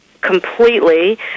Completely